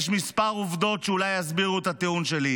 יש לי כמה עובדות שאולי יסבירו את הטיעון שלי,